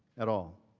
at all.